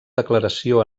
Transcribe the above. declaració